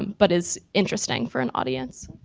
but is interesting for an audience.